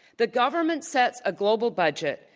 the government sets a global budget,